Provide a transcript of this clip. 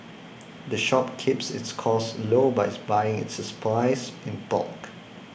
the shop keeps its costs low by buying its supplies in bulk